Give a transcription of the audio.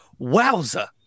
wowza